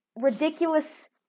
ridiculous